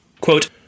Quote